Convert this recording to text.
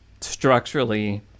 structurally